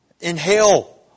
inhale